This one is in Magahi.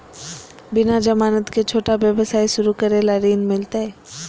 बिना जमानत के, छोटा व्यवसाय शुरू करे ला ऋण मिलतई?